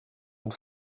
and